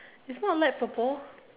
it's not light purple